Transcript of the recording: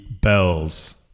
bells